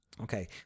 Okay